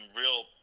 real